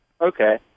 Okay